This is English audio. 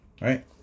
right